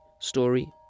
story